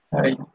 Hi